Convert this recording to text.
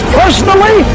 personally